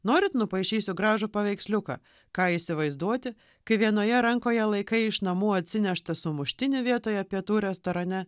norint nupaišysiu gražų paveiksliuką ką įsivaizduoti kai vienoje rankoje laikai iš namų atsineštą sumuštinį vietoje pietų restorane